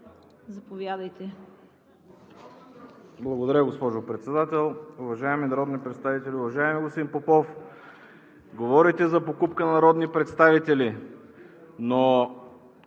ХАМИД (ДПС): Благодаря, госпожо Председател. Уважаеми народни представители! Уважаеми господин Попов, говорите за покупка на народни представители, но